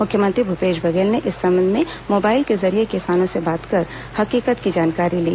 मुख्यमंत्री भूपेश बघेल ने इस संबंध में मोबाइल के जरिये किसानों से बात कर हकीकत की जानकारी ली